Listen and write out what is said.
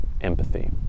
empathy